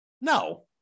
No